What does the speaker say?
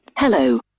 Hello